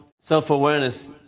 self-awareness